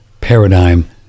paradigm